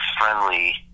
friendly